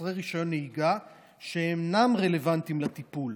חסרי רישיון נהיגה שאינם רלוונטיים לטיפול.